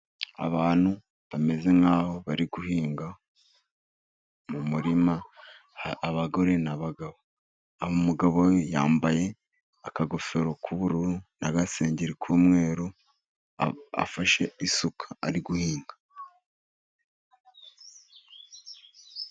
Abantu bameze nkaho bari guhinga mu murima abagore n'abagabo, umugabo we yambaye akagofero k'ubururu na gasengeri k'umweru, afashe isuka ari guhinga.